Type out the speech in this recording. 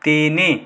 ତିନି